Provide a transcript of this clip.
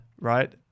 right